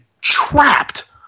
trapped